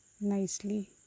nicely